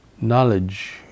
Knowledge